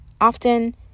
Often